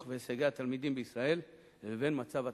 והישגי התלמידים בישראל לבין מצב התעסוקה,